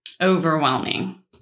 Overwhelming